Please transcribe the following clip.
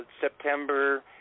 September